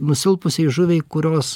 nusilpusiai žuviai kurios